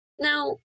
Now